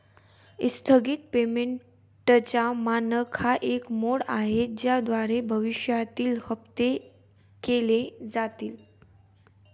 स्थगित पेमेंटचा मानक हा एक मोड आहे ज्याद्वारे भविष्यातील हप्ते केले जातील